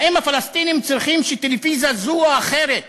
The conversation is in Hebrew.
האם הפלסטינים צריכים שטלוויזיה זו או אחרת